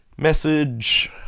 Message